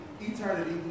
eternity